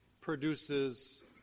produces